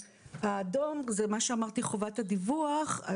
האדום זה מה שאמרתי - חובת הדיווח.